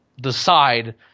decide